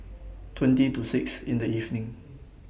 twenty to six in The evening